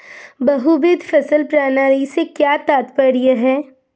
बहुविध फसल प्रणाली से क्या तात्पर्य है?